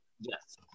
yes